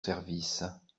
service